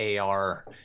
AR